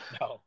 No